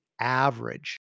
average